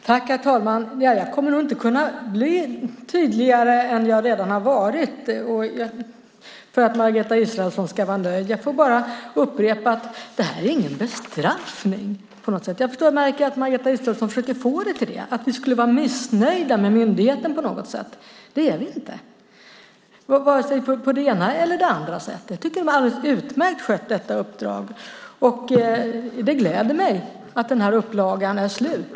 Herr talman! Jag kommer inte att kunna bli tydligare än jag redan har varit för att Margareta Israelsson ska vara nöjd. Jag får bara upprepa att det här inte är någon bestraffning. Jag förstår att Margareta Israelsson försöker få det till att vi på något sätt skulle var missnöjda med myndigheten, men det är vi inte vare sig på det ena eller på det andra sättet. Vi tycker att de har skött detta uppdrag alldeles utmärkt. Det gläder mig att upplagan är slut.